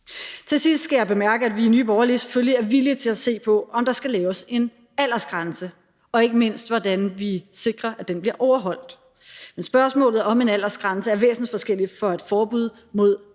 Til sidst skal jeg bemærke, at vi i Nye Borgerlige selvfølgelig er villige til at se på, om der skal laves en aldersgrænse, og ikke mindst på, hvordan vi sikrer, at den bliver overholdt. Men spørgsmålet om en aldersgrænse er væsensforskelligt fra et forbud mod